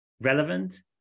relevant